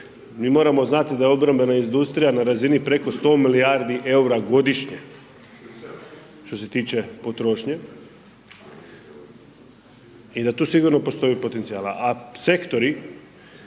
mi moramo znati da obrambena industrija na razini preko 100 milijardi EUR-a godišnje što se tiče potrošnje i da tu sigurno postoji potencijala,